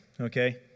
okay